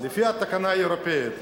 לפי התקנה האירופית.